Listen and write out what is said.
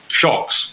shocks